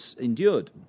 endured